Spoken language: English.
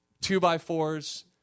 two-by-fours